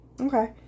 Okay